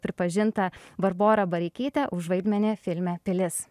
pripažinta barbora bareikytė už vaidmenį filme pilis